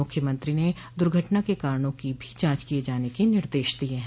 मुख्यमंत्री ने दुर्घटना के कारणों की भी जांच किये जाने के निर्देश दिये हैं